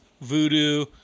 voodoo